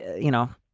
you know,